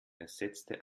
ersetzte